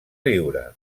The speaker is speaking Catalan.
viure